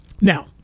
Now